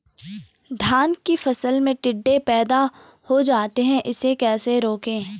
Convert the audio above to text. धान की फसल में टिड्डे पैदा हो जाते हैं इसे कैसे रोकें?